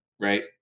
Right